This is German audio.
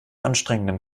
anstrengenden